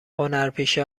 هنرپیشه